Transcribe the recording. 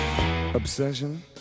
obsession